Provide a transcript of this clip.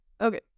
Okay